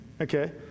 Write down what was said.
Okay